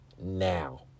now